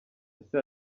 ese